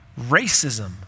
racism